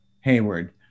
Hayward